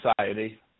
society